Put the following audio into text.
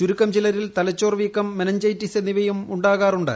ചുരുക്കം ചിലരിൽ തലച്ചോർ വീക്കം മെന്റ്രൂഞ്ചൈറ്റിസ് എന്നിവയും ഉണ്ടാകാറുണ്ട്